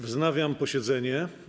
Wznawiam posiedzenie.